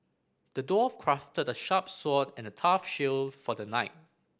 the dwarf crafted a sharp sword and a tough shield for the knight